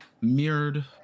mirrored